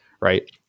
Right